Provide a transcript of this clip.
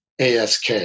ASK